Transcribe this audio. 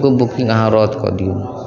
एगो बुकिन्ग अहाँ रद्द कै दिऔ